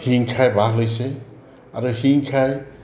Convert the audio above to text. হিংসাই বাহ লৈছে আৰু হিংসাই